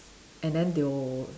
and then they will